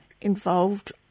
involved